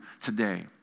today